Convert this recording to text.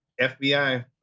FBI